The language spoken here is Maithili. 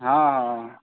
हॅं